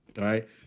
right